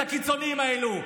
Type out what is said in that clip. את הקיצוניים האלה.